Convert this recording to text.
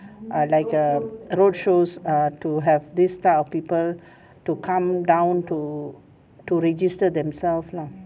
err like err roadshows err to have this type of people to come down to to register themself lah